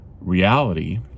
reality